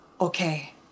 okay